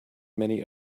many